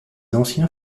anciens